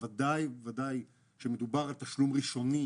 ובוודאי כשמדובר על תשלום ראשוני